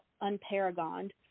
Unparagoned